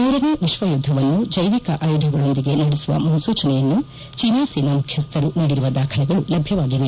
ಮೂರನೇ ವಿಶ್ವಯುಧವನ್ನು ಜೈವಿಕ ಆಯುಧಗಳೊಂದಿಗೆ ನಡೆಸುವ ಮುನ್ಲೂಚನೆಯನ್ನು ಜೀನಾ ಸೇನಾ ಮುಖ್ಯಸ್ಥರು ನೀಡಿರುವ ದಾಖಲೆಗಳು ಲಭ್ಯವಾಗಿವೆ